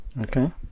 okay